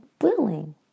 willing